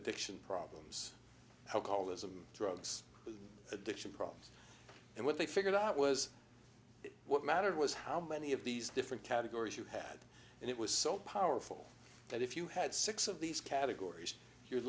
addiction problems i'll call them drugs with addiction problems and what they figured out was what mattered was how many of these different categories you had and it was so powerful that if you had six of these categories your